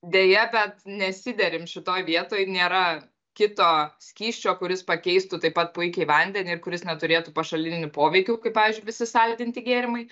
deja bet nesiderim šitoj vietoj nėra kito skysčio kuris pakeistų taip pat puikiai vandenį ir kuris neturėtų pašalinių poveikių kaip pavyzdžiui visi saldinti gėrimai